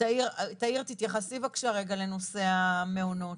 תאיר, תתייחסי רגע לנושא המעונות.